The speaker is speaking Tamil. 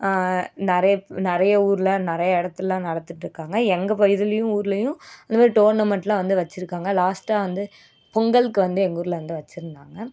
நிறைய நிறைய ஊரில் நிறைய இடத்துல நடத்திகிட்டு இருக்காங்க எங்கள் பகுதிலேயும் ஊர்லேயும் இந்த மாதிரி டோர்னமெண்ட்லாம் வந்து வச்சுருக்காங்க லாஸ்ட்டாக வந்து பொங்கலுக்கு வந்து எங்கள் ஊரில் வந்து வச்சுருந்தாங்க